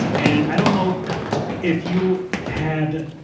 and, i don't know if you had,